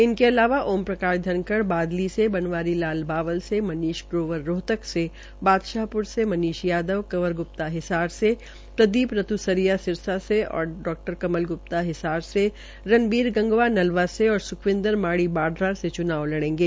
इसके अलावा ओम प्रकाश धनखड़ बादली से बनवारी लाल बावल से मनीष ग्रोवर रोहत से बादशाह प्र से मनीष यादव कंवर ग्प्ता हिसार से प्रदीप रत्सरिया सिरसा से और डा कमल गुप्ता हिसार से रनबीर गंगवा नलवा से और स्खबिंदर माड़ी बाढ़डा से च्नाव लड़ेंगे